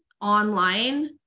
online